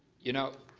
you know,